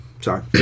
Sorry